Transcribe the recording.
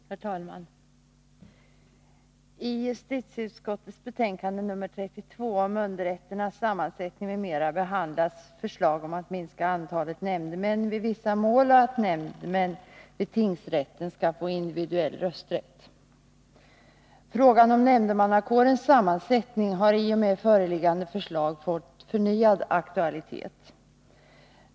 Herr talman! I justitieutskottets betänkande nr 32 om underrätternas sammansättning m.m. behandlas förslag om att minska antalet nämndemän vid vissa mål och att nämndemän vid tingsrätten skall få individuell rösträtt. Frågan om nämndemannakårens sammansättning har i och med föreliggande förslag fått förnyad aktualitet.